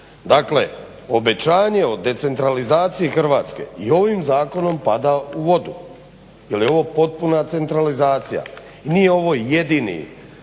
Dakle, obećanje o decentralizaciji Hrvatske i ovim zakonom pada u vodu, jer je ovo potpuna centralizacija i nije ovo jedini